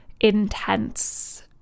intense